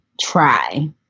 try